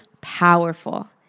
powerful